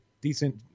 decent